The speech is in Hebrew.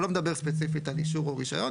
הוא לא מדבר ספציפית על אישור או על רישיון,